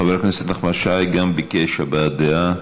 גם חבר הכנסת נחמן שי ביקש הבעת דעה.